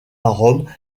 rome